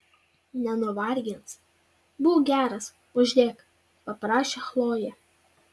nenuvargins būk geras uždėk paprašė chlojė